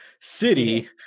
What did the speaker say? city